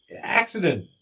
accident